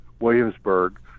Williamsburg